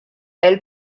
elle